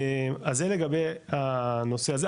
אז זה לגבי הנושא הזה.